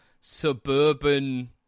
suburban